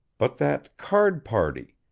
but that card-party?